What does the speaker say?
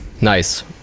nice